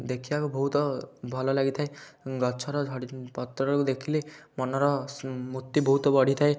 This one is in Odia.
ଦେଖିବାକୁ ବହୁତ ଭଲ ଲାଗିଥାଏ ଗଛର ଝଡ଼ି ପତ୍ରକୁ ଦେଖିଲେ ମନର ସ୍ମୃତି ବହୁତ ବଢ଼ିଥାଏ